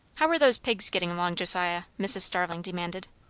how are those pigs getting along, josiah? mrs. starling demanded.